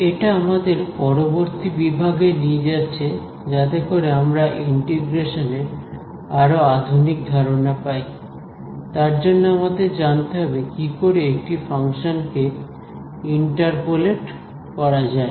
এটা আমাদের পরবর্তী বিভাগে নিয়ে যাচ্ছে যাতে করে আমরা ইন্টিগ্রেশন এর আরো আধুনিক ধারণা পাই তার জন্য আমাদের জানতে হবে কি করে একটি ফাংশন কে ইন্টারপোলেট করা যায়